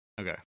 Okay